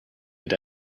had